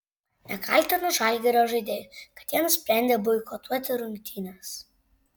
nekaltinu žalgirio žaidėjų kad jie nusprendė boikotuoti rungtynes